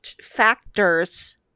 factors